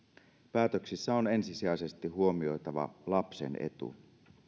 päätöksissä on ensisijaisesti huomioitava lapsen etu